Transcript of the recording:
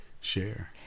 share